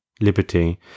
liberty